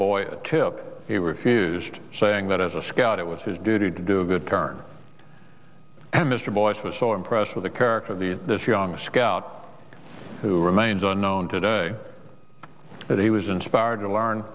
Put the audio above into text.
a tip he refused saying that as a scout it was his duty to do a good turn and mr boyce was so impressed with the character of the this young scout who remains unknown today that he was inspired to learn